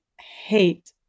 hate